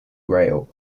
rail